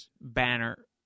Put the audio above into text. Banner